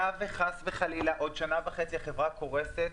היה וחס וחלילה בעוד שנה וחצי החברה קורסת,